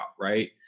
right